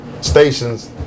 stations